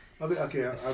Okay